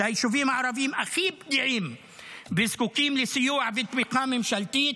כשהיישובים הערביים הכי פגיעים וזקוקים לסיוע ותמיכה ממשלתית,